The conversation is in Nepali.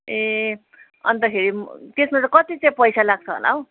ए अन्तखेरि त्यसमा चाहिँ कति चाहिँ पैसा लाग्छ होला हौ